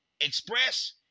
express